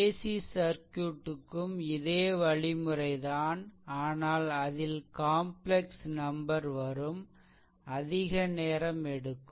AC சர்க்யூட்க்கும் இதே வழிமுறைதான் ஆனால் அதில் காம்ப்லெக்ஸ் நம்பர் வரும் அதிக நேரம் எடுக்கும்